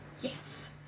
yes